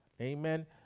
Amen